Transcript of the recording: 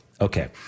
okay